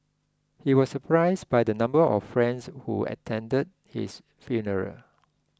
he was surprised by the number of friends who attended his funeral